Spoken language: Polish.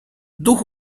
duch